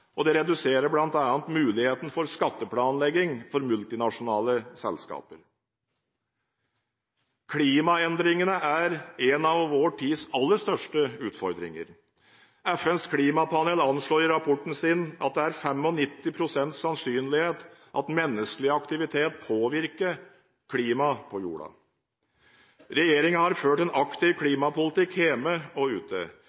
og dette reduserer bl.a. muligheten for skatteplanlegging for multinasjonale selskaper. Klimaendringene er en av vår tids aller største utfordringer. FNs klimapanel anslår i sin rapport at det er 95 pst. sannsynlighet for at menneskelig aktivitet påvirker klimaet på jorden. Regjeringen har ført en aktiv